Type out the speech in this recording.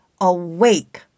awake